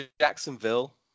Jacksonville